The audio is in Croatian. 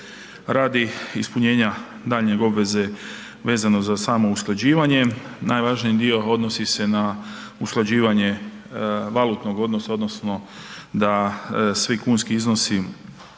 radi ispunjenja daljnje obveze vezano za samo usklađivanje. Najvažniji dio odnosi se na usklađivanje valutnog odnosa odnosno da svi kunski iznosi